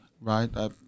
right